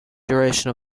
duration